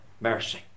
mercy